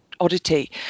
oddity